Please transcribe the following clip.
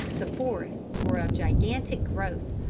the forests were of gigantic growth,